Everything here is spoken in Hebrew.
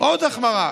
עוד החמרה,